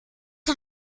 hat